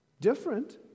Different